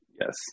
Yes